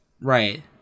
Right